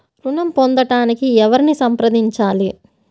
ఋణం పొందటానికి ఎవరిని సంప్రదించాలి?